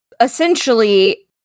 Essentially